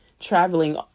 traveling